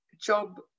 job